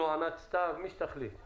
העברה של רת"א בכתב בהחלט תהיה